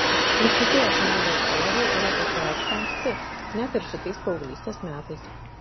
ir šitie asmenybės bruožai ėmė pasireikšti anksti net ir šitais paauglystės metais